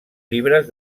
llibres